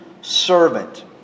servant